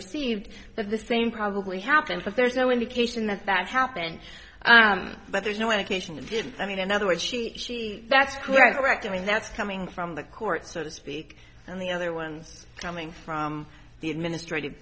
received the same probably happened but there's no indication that that happened but there's no indication that i mean in other words she that's correct i mean that's coming from the court so to speak and the other one's coming from the administrative